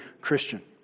Christian